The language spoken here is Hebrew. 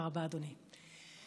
אדוני.